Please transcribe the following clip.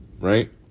Right